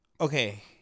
Okay